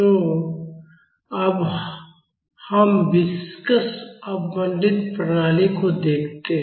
तो अब हम विस्कस अवमंदित प्रणाली को देखते हैं